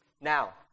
Now